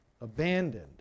abandoned